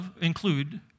include